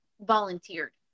volunteered